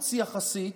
לחוץ יחסית,